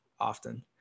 Often